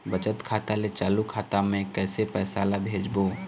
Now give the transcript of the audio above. बचत खाता ले चालू खाता मे कैसे पैसा ला भेजबो?